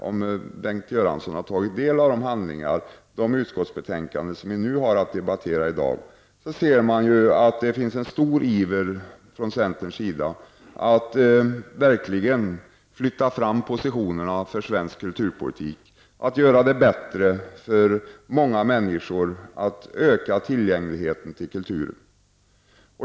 Om Bengt Göransson har tagit del av de handlingar som vi debatterar i dag, ser han att det finns en stor iver från centerns sida att verkligen flytta fram positionerna för svensk kulturpolitik. Det skall bli bättre för många människor, och tillgängligheten till kulturen skall ökas.